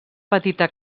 petita